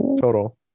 Total